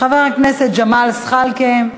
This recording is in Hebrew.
חבר הכנסת ג'מאל זחאלקה,